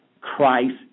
Christ